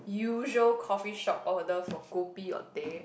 usual coffee shop order for kopi or teh